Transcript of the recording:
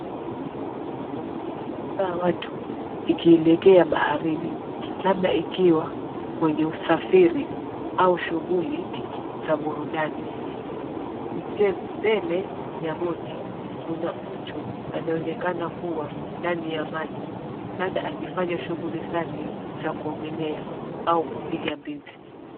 Iliyojaa watu ikielekea baharini, labda ikiwa kwenye usafiri au shughuli za burudani. Mbele ya boti, kuna mtu anaonekana kuwa ndani ya maji, labda akifanya shughuli zake za kuogelea au kupiga mbizi.